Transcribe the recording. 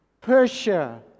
Persia